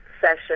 session